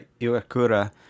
Iwakura